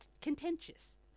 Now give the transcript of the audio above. contentious